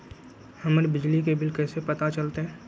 हमर बिजली के बिल कैसे पता चलतै?